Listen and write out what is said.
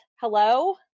Hello